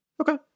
okay